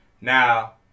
Now